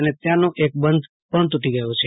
અને ત્યાનો એક બંધ પણ તૂટી ગયો છે